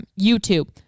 YouTube